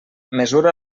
mesura